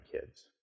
kids